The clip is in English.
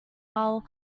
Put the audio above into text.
while